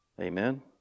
Amen